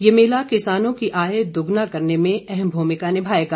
ये मेला किसानों की आय दोगुणा करने में अहम भूमिका निभाएगा